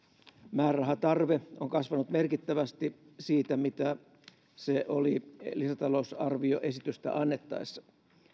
määrärahatarve on kasvanut merkittävästi siitä mitä se oli lisätalousarvioesitystä annettaessa